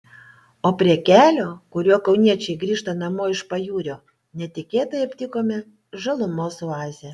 o prie kelio kuriuo kauniečiai grįžta namo iš pajūrio netikėtai aptikome žalumos oazę